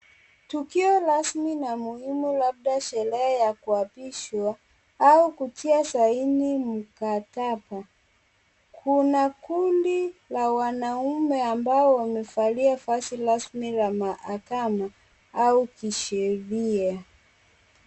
Tukio rasmi la muhimu labda sherehe ya kuapishwa au kutia saini mkataba kuna kundi la wanaume ambao wamevalia vazi rasmi la mahakama au kisheria.